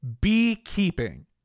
Beekeeping